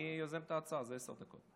אני יוזם את ההצעה, זה עשר דקות.